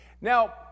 Now